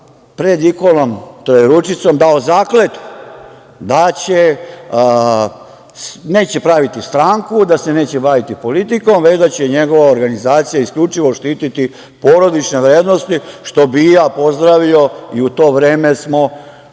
pred ikonom Trojeručicom dao zakletvu da neće praviti stranku, da se neće baviti politikom, već da će njegova organizacija isključivo štititi porodične vrednosti, što bih i ja pozdravio i u to vreme smo,